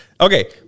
Okay